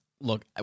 look